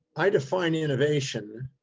i define innovation,